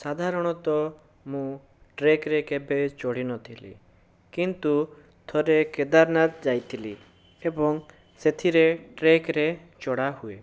ସାଧାରଣତଃ ମୁଁ ଟ୍ରେକରେ କେବେ ଚଢ଼ିନଥିଲି କିନ୍ତୁ ଥରେ କେଦାରନାଥ ଯାଇଥିଲି ଏବଂ ସେଥିରେ ଟ୍ରେକରେ ଚଢ଼ା ହୁଏ